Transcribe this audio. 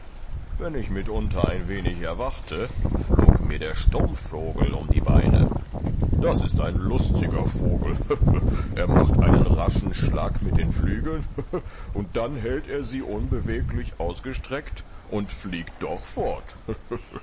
wenn ich mitunter ein wenig erwachte flog mir der sturmvogel um die beine das ist ein lustiger vogel er macht einen raschen schlag mit den flügeln dann hält er sie unbeweglich ausgestreckt und fliegt doch fort